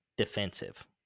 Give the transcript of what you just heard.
defensive